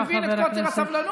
אני מבין את קוצר הסבלנות.